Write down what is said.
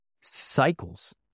cycles